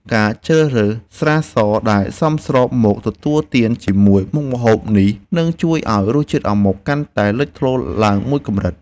ការជ្រើសរើសស្រាសដែលសមស្របមកទទួលទានជាមួយមុខម្ហូបនេះនឹងជួយឱ្យរសជាតិអាម៉ុកកាន់តែលេចធ្លោឡើងមួយកម្រិត។